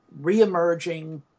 reemerging